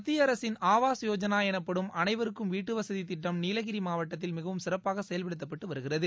மத்திய அரசின் ஆவாஸ் யோஜனா எனப்படும் அனைவருக்கும் வீட்டுவசதி திட்டம் நீலகிரி மாவட்டத்தில் மிகவும் சிறப்பாக செயல்படுத்தப்பட்டு வருகிறது